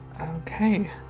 Okay